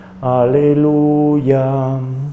Hallelujah